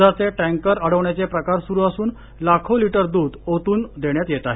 दुधाचे टॅकर अडवण्याचे प्रकार सुरु असून लाखो लिटर दुध ओतून देण्यात येत आहे